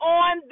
on